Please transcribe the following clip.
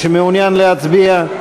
מי שמעוניין להצביע.